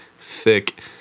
Thick